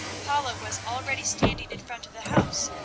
paula was already standing in front of the house,